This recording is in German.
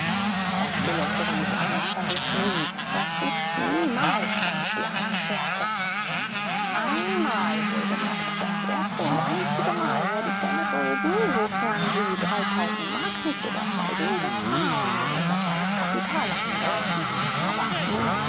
sei still und höre mich an und vergiß nie hörst du niemals was ich dir einschärfe einmal wohlgemerkt das erste und einzige mal werde ich deine schulden wofern sie mark nicht übersteigen bezahlen und unser kleines kapital angreifen aber nie